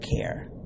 care